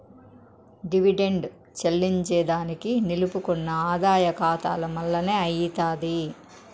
dividend చెల్లింజేదానికి నిలుపుకున్న ఆదాయ కాతాల మల్లనే అయ్యితాది